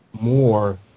more